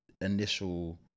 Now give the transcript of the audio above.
initial